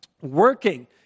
working